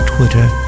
Twitter